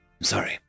Sorry